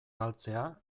galtzea